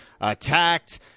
attacked